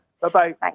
Bye-bye